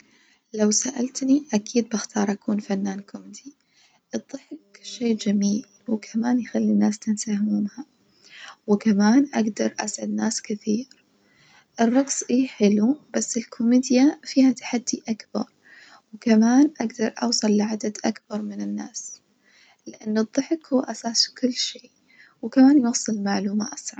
لو سألتني أكيد بختار أكون فنان كوميدي، الظحك شي جميل وكمان يخلي الناس تنسى همومها وكمان أجدر أسعد ناس كثير، الرجص إي حلو بس الكوميديا فيها تحدي أكبر وكمان أجدر أوصل لعدد أكبر من الناس لأنه الظحك هو أساس كل شي وكمان يوصل المعلومة أسرع.